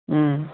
हूं